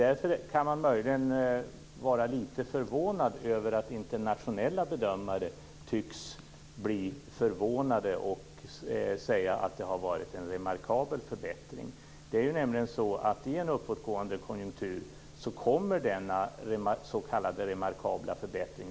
Därför kan man möjligen vara litet förvånad över att internationella bedömare tycks bli förvånade och säga att det har varit en remarkabel förbättring. I en uppåtgående konjunktur kommer nämligen denna s.k. remarkabla förbättring.